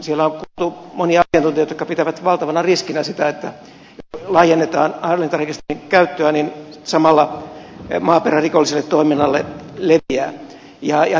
siellä on kuultu monia asiantuntijoita jotka pitävät valtavana riskinä sitä että jos laajennetaan hallintarekisterin käyttöä niin samalla maaperä rikolliselle toiminnalle leviää